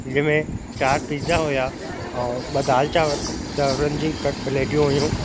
जंहिंमें चारि पीज़ा हुया ऐं ॿ दाल चांवर चांवरनि जी कट प्लेटियूं हुयूं